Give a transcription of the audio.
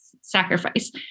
sacrifice